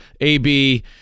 AB